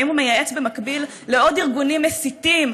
האם הוא מייעץ במקביל לעוד ארגונים מסיתים,